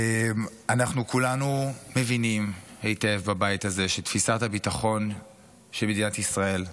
אנחנו כולנו מבינים היטב בבית הזה שתפיסת הביטחון של מדינת ישראל,